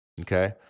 Okay